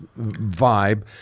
vibe